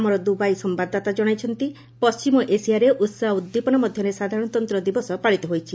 ଆମର ଦୂବାଇ ସମ୍ଭାଦଦାତା ଜଣାଇଛନ୍ତି ପଣ୍ଟିମ ଏସିଆରେ ଉତ୍କାହ ଓ ଉଦ୍ଦୀପନା ମଧ୍ୟରେ ସାଧାରଣତନ୍ତ୍ର ଦିବସ ପାଳିତ ହୋଇଛି